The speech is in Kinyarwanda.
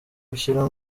ushyira